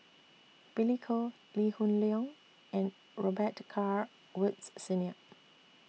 Billy Koh Lee Hoon Leong and Robet Carr Woods Senior